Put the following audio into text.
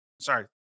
Sorry